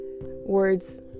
words